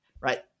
right